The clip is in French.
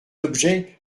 objets